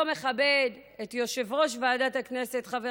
לא מכבד את יושב-ראש ועדת הכנסת חבר